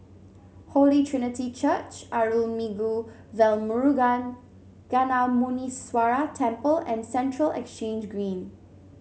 Holy Trinity Church Arulmigu Velmurugan Gnanamuneeswarar Temple and Central Exchange Green